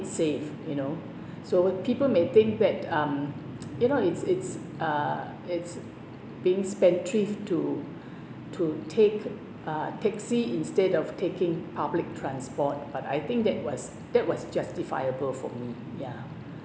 save you know so people may think that um you know it's it's uh it's being spendthrift to to take uh taxi instead of taking public transport but I think that was that was justifiable for me ya